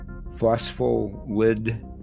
phospholipid